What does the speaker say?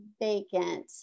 vacant